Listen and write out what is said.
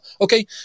Okay